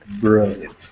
Brilliant